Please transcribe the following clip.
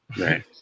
Right